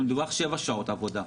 מדווח 7 שעות עבודה.